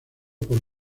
por